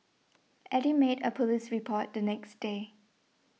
Eddy made a police report the next day